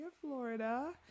Florida